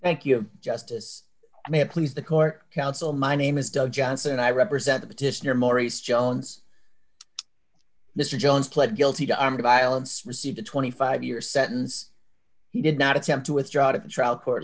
thank you justice may please the court counsel my name is doug johnson i represent the petitioner maurice jones mr jones pled guilty to armed violence received a twenty five year sentence he did not attempt to withdraw to the trial court